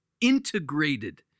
integrated